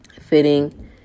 fitting